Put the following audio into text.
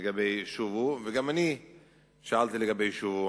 לגבי "שובו", וגם אני שאלתי לגבי "שובו".